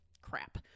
crap